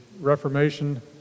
reformation